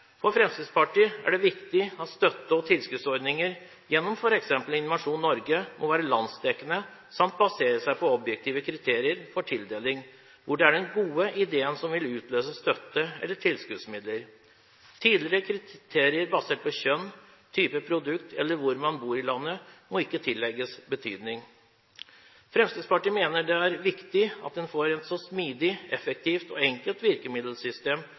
For Fremskrittspartiet er det viktig at støtte- og tilskuddsordninger gjennom f.eks. Innovasjon Norge må være landsdekkende samt basere seg på objektive kriterier for tildeling, hvor det er den gode ideen som vil utløse støtte eller tilskuddsmidler. Tidligere kriterier basert på kjønn, type produkt eller hvor man bor i landet må ikke tillegges betydning. Fremskrittspartiet mener det er viktig at man får et så smidig, effektivt og enkelt virkemiddelsystem